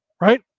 Right